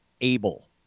Abel